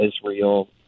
Israel